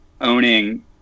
owning